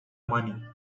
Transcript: money